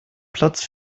platz